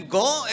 go